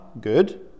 good